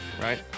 right